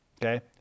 Okay